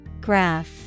Graph